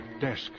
desk